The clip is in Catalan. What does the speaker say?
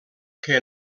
que